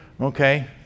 Okay